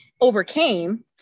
overcame